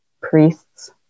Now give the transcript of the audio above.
priests